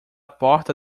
porta